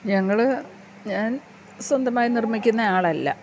ഞങ്ങൾ ഞാൻ സ്വന്തമായി നിർമ്മിക്കുന്ന ആളല്ല